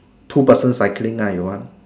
two person cycling lah your one